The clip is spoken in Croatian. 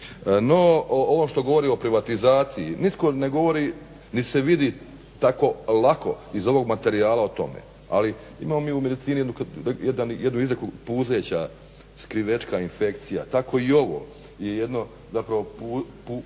No ovo što govori o privatizaciji, nitko ne govori nit se vidi tako lako iz ovog materijala o tome ali imamo mi u medicini jednu izreku puzeća skrivena infekcija, tako i ovo je jedno zapravo puzanje